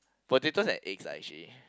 potatoes and eggs lah actually